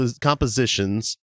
compositions